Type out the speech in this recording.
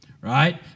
right